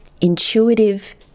intuitive